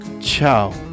ciao